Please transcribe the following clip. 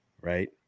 right